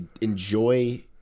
enjoy